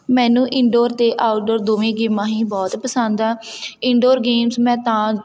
ਮੈਨੂੰ ਇਨਡੋਰ ਅਤੇ ਆਊਟਡੋਰ ਦੋਵੇਂ ਗੇਮਾਂ ਹੀ ਬਹੁਤ ਪਸੰਦ ਆ ਇਨਡੋਰ ਗੇਮਸ ਮੈਂ ਤਾਂ